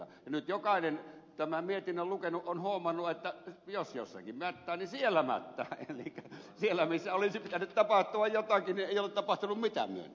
nyt jokainen tämän mietinnön lukenut on huomannut että jos jossakin mättää niin siellä mättää elikkä siellä missä olisi pitänyt tapahtua jotakin ei ole tapahtunut mitään myönteistä